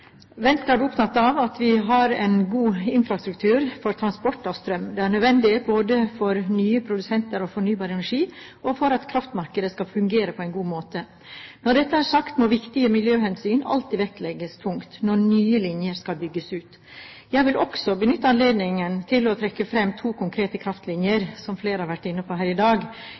Venstre er opptatt av at vi har en god infrastruktur for transport av strøm. Det er nødvendig både for nye produsenter av fornybar energi og for at kraftmarkedet skal fungere på en god måte. Når dette er sagt, må viktige miljøhensyn alltid vektlegges tungt når nye linjer skal bygges ut. Jeg vil også benytte anledningen til å trekke fram to konkrete kraftlinjer i luftspenn, som flere har vært inne på her i dag,